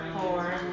Four